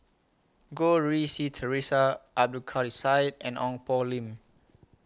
Goh Rui Si Theresa Abdul Kadir Syed and Ong Poh Lim